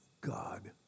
God